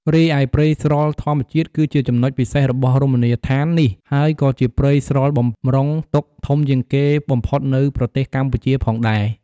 រីឯព្រៃស្រល់ធម្មជាតិគឺជាចំណុចពិសេសរបស់រមណីយដ្ឋាននេះ ហើយក៏ជាព្រៃស្រល់បំរុងទុកធំជាងគេបំផុតនៅប្រទេសកម្ពុជាផងដែរ។